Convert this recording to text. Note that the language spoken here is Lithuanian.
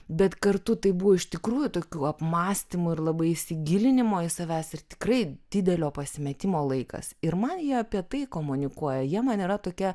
bet kartu tai buvo iš tikrųjų tokių apmąstymų ir labai įsigilinimo į savęs ir tikrai didelio pasimetimo laikas ir man jie apie tai komunikuoja jie man yra tokia